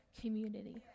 community